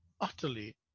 utterly